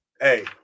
Hey